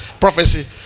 prophecy